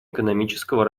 экономического